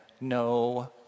no